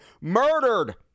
murdered